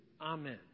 amen